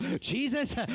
Jesus